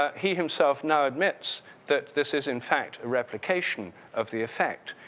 he himself now admits that this is in fact a replication of the effect,